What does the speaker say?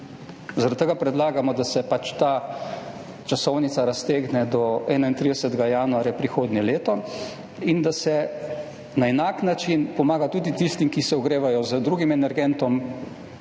Zaradi tega predlagamo, da se pač ta časovnica raztegne do 31. januarja prihodnje leto, in da se na enak način pomaga tudi tistim, ki se ogrevajo z drugim energentom,